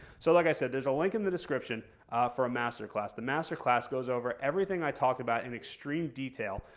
so like i said, there's a link in the description for a master class. the master class goes over everything i talked about in extreme detail,